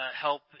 help